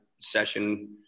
session